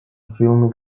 film